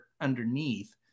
underneath